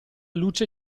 luce